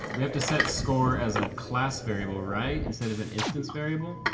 you have to set score as a class variable, right, instead of an instance variable.